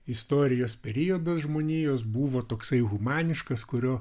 istorijos periodas žmonijos buvo toksai humaniškas kurio